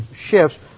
shifts